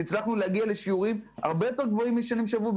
כי הצלחנו להגיע לשיעורים הרבה יותר גבוהים משנים שעברו,